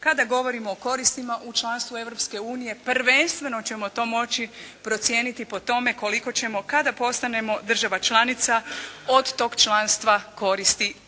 kada govorimo o koristima u članstvu Europske unije prvenstveno ćemo to moći procijeniti po tome koliko ćemo kada postanemo država članica od tog članstva koristi